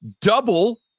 double